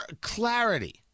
clarity